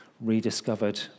rediscovered